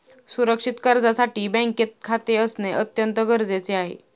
सुरक्षित कर्जासाठी बँकेत खाते असणे अत्यंत गरजेचे आहे